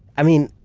i mean,